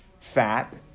fat